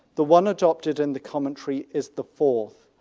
the one adopted in the commentary is the fourth.